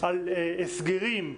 על הסגרים,